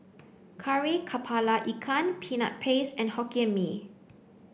Kari Kepala Ikan Peanut Paste and Hokkien Mee